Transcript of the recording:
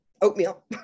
oatmeal